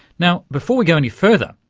now, before we go any further,